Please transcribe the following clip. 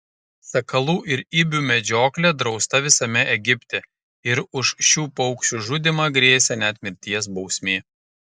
sakalų ir ibių medžioklė drausta visame egipte ir už šių paukščių žudymą grėsė net mirties bausmė